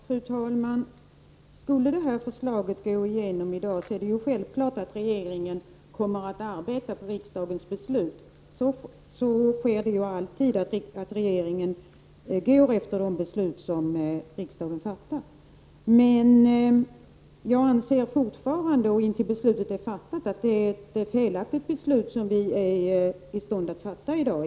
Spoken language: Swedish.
Fru talman! Om det här förslaget skulle gå igenom i dag är det självklart att regeringen kommer att arbeta efter riksdagens beslut — så sker alltid. Men jag anser fortfarande och intill dess att beslutet är fattat att det är ett felaktigt beslut som riksdagen står i begrepp att fatta i dag.